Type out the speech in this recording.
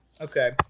Okay